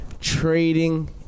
Trading